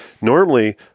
normally